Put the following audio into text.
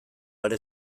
are